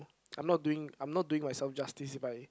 I'm not doing I'm not doing myself justice if I